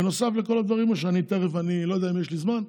בנוסף לכל הדברים, אני לא יודע אם יש לי זמן,